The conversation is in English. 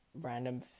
random